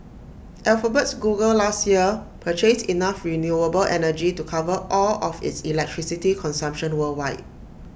Alphabet's Google last year purchased enough renewable energy to cover all of its electricity consumption worldwide